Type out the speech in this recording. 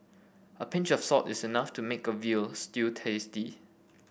a pinch of salt is enough to make a veal stew tasty